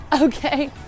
okay